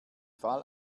fall